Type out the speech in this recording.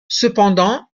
cependant